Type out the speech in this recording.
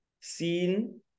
seen